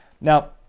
Now